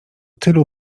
tylu